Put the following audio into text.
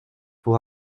pour